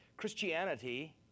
Christianity